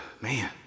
man